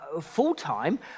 full-time